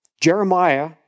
Jeremiah